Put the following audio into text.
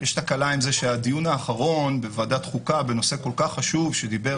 שיש תקלה עם זה שבדיון האחרון בוועדת חוקה בנושא כל כך חשוב שדיבר